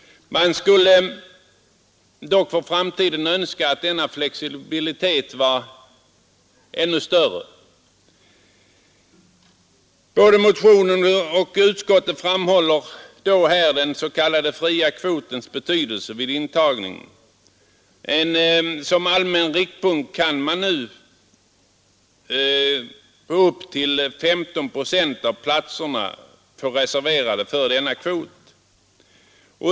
Man skulle dock för framtiden önska att denna flexibilitet blir ännu större. Både vi motionärer och utskottet framhåller den s.k. fria kvotens betydelse vid intagningen. Som allmän riktpunkt kan upp till 15 procent av platserna reserveras för denna kvot.